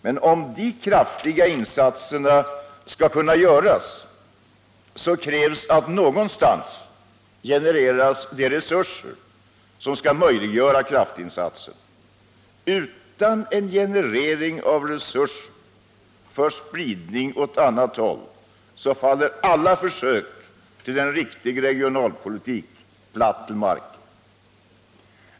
Men om dessa kraftiga insatser skall kunna göras, så krävs att någonstans genereras de resurser som skall möjliggöra insatserna. Utan en generering av resurser för spridning åt annat håll faller alla försök till en riktig regionalpolitik platt till marken.